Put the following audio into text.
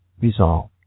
resolve